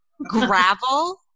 Gravel